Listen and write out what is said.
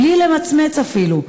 בלי למצמץ אפילו.